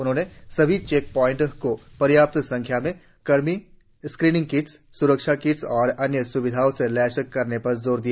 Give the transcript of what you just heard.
उन्होंने सभी check point को पर्याप्त संख्या में कर्मी स्क्रीनिंग किट्स स्रक्षा किट्स और अन्य स्विधाओ से लैस करने पर जोर दिया